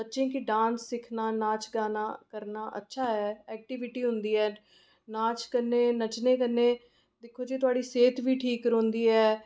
ते बच्चे गी डांस सिक्खना नाच गाना करना अच्छा ऐ ऐक्टीविटी होंदी ऐ नाच कन्नै नच्चने कन्नै दिक्खो जी थुआढ़ी सेह्त बी ठीक रौंह्दी ऐ